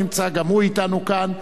הנמצא גם הוא אתנו כאן,